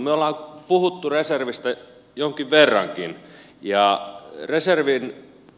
me olemme puhuneet reservistä jonkin verrankin